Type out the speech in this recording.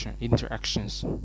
interactions